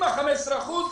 עם ה-15 אחוזים,